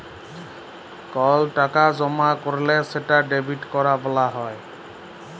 call টাকা জমা ক্যরলে সেটা ডেবিট ক্যরা ব্যলা হ্যয়